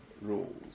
rules